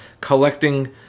collecting